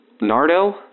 Nardo